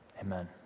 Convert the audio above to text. Amen